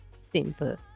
Simple